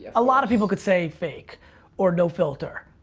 a lot of people could say fake or no filter.